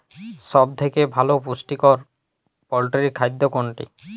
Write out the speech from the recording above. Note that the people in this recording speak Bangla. সব থেকে ভালো পুষ্টিকর পোল্ট্রী খাদ্য কোনটি?